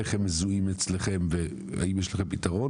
איך הם מזוהים אצלכם והאם יש לכם פתרון